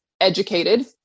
educated